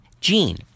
gene